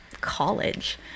college